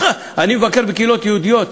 אני מבקר בקהילות יהודיות,